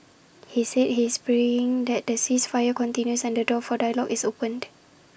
he said he is praying that the ceasefire continues and the door for dialogue is opened